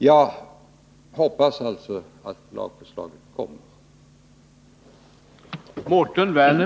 Jag hoppas alltså att lagförslaget kommer.